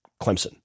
Clemson